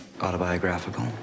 autobiographical